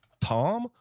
Tom